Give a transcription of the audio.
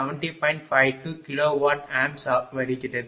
52 kVA வருகிறது